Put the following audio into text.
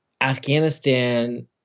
Afghanistan